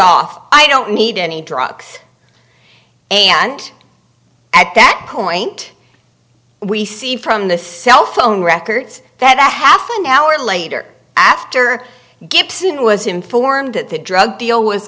off i don't need any drugs and at that point we see from the cell phone records that half an hour later after gibson was informed that the drug deal was